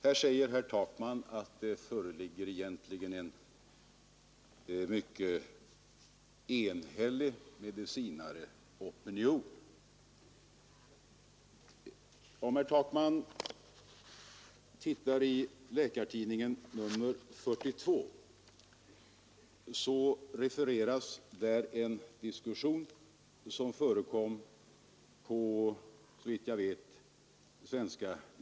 Herr Takman säger att det egentligen föreligger en mycket enhällig medicinaropinion. I Läkartidningen nr 42 refereras en diskussion aresällskapet för en tid sedan.